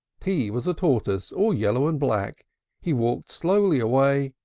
t was a tortoise, all yellow and black he walked slowly away,